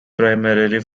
primarily